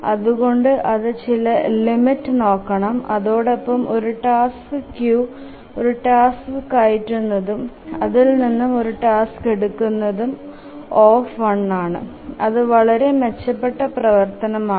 അതുകൊണ്ട് അതു ചില ലിമിറ്റ് നോക്കണം അതോടൊപ്പം ഒരു ടാസ്ക് ക്യൂയിൽ ഒരു ടാസ്ക് കയറ്റുനതും അതിൽ നിന്നും ഒരു ടാസ്ക് എടുകുനതും O ആണ് അതു വളരെ മെച്ചപ്പെട്ട പ്രവർത്തനം ആണ്